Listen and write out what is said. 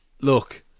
Look